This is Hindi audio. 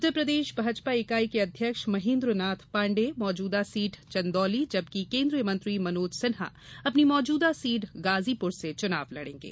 उत्तर प्रदेश भाजपा इकाई के अध्यक्ष महेन्द्रनाथ पांडेय मौजूदा सीट चंदौली जबकि केन्द्रीय मंत्री मनोज सिन्हा अपनी मौजूदा सीट गाजीपुर से चुनाव लड़ेंगे